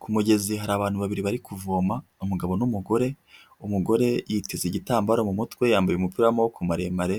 Ku mugezi hari abantu babiri bari kuvoma umugabo n'umugore, umugore yiteze igitambaro mu mutwe, yambaye umupira w'amaboko maremare,